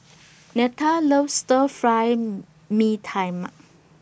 Netta loves Stir Fry Mee Tai Mak